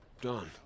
Done